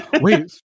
wait